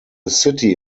city